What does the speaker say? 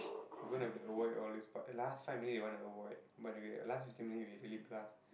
we gonna have to avoid all these but last five minutes they want to avoid but we last fifteen minutes we really blast